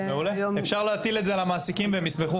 אפשר להטיל את זה על המעסיקים והם ישמחו.